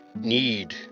Need